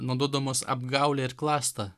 naudodamos apgaulę ir klastą